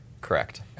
Correct